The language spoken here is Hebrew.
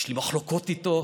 יש לי מחלוקות איתו.